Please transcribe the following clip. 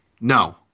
No